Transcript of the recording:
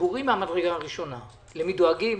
ציבורי מהדרגה הראשונה למי דואגים,